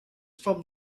from